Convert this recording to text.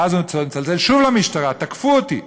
ואז הוא מצלצל שוב למשטרה: תקפו אותי.